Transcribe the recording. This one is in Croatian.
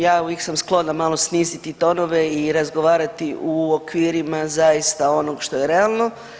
Ja uvijek sam sklona malo sniziti tonove i razgovarati u okvirima zaista onog što je realno.